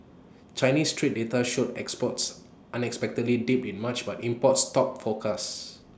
Chinese trade data showed exports unexpectedly dipped in March but imports topped forecasts